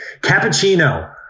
Cappuccino